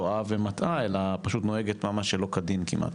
טועה ומטעה אלא פשוט נוהגת ממש שלא כדין כמעט